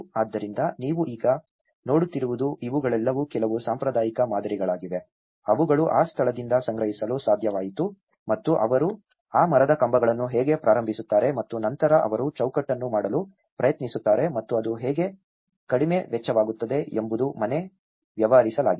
ಆದ್ದರಿಂದ ನೀವು ಈಗ ನೋಡುತ್ತಿರುವುದು ಇವುಗಳೆಲ್ಲವೂ ಕೆಲವು ಸಾಂಪ್ರದಾಯಿಕ ಮಾದರಿಗಳಾಗಿವೆ ಅವುಗಳು ಆ ಸ್ಥಳದಿಂದ ಸಂಗ್ರಹಿಸಲು ಸಾಧ್ಯವಾಯಿತು ಮತ್ತು ಅವರು ಆ ಮರದ ಕಂಬಗಳನ್ನು ಹೇಗೆ ಪ್ರಾರಂಭಿಸುತ್ತಾರೆ ಮತ್ತು ನಂತರ ಅವರು ಚೌಕಟ್ಟನ್ನು ಮಾಡಲು ಪ್ರಯತ್ನಿಸುತ್ತಾರೆ ಮತ್ತು ಅದು ಹೇಗೆ ಕಡಿಮೆ ವೆಚ್ಚವಾಗುತ್ತದೆ ಎಂಬುದು ಮನೆ ವ್ಯವಹರಿಸಲಾಗಿದೆ